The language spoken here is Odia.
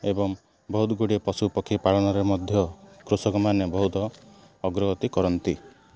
ଏବଂ ବହୁତ ଗୁଡ଼ିଏ ପଶୁପକ୍ଷୀ ପାଳନରେ ମଧ୍ୟ କୃଷକମାନେ ବହୁତ ଅଗ୍ରଗତି କରନ୍ତି